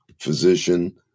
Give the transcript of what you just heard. physician